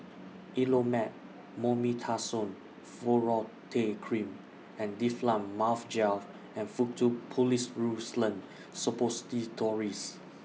Elomet Mometasone Furoate Cream and Difflam Mouth Gel and Faktu Policresulen Suppositories